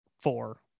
four